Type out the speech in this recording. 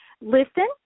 listen